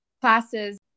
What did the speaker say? classes